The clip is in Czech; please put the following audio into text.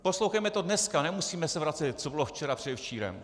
Poslouchejme to dneska, nemusíme se vracet, co bylo včera, předevčírem.